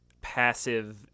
passive